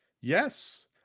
Yes